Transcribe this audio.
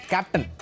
Captain